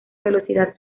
velocidad